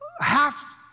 Half